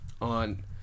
on